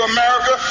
America